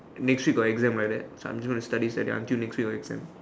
next week got exam like that so I'm just gonna study for that until next week got exam